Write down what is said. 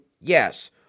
yes